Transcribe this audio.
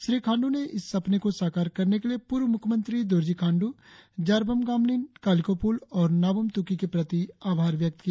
श्री खाण्डू ने इस सपने को साकार करने के लिए पूर्व मुख्यमंत्री दोरजी खाण्डु जारबम गामलिन कालिखो पुल और नाबम तुकी के प्रति आभार व्यक्त किया